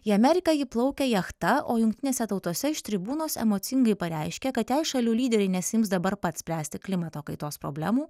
į ameriką ji plaukė jachta o jungtinėse tautose iš tribūnos emocingai pareiškė kad jei šalių lyderiai nesiims dabar pat spręsti klimato kaitos problemų